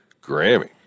Grammy